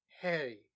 Harry